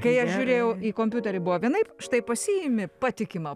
kai aš žiūrėjau į kompiuterį buvo vienaip štai pasiimi patikimą